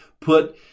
put